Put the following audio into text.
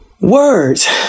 words